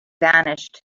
vanished